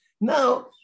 Now